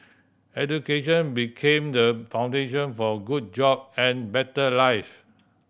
education became the foundation for good job and better live